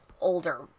older